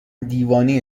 دیوانه